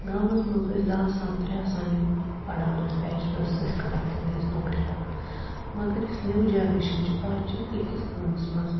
گامَس منٛز ٲسۍ زٕ آسان ترٛےٚ آسان یِم پَران ٲسۍ بیچلٲرٕس ٲسۍ کَران تِمَے ٲسۍ نوکری لَگان مَگر یُس نِیو جَنٛریشَن چھِ اَز چھِ ٲکِس گامَس منٛز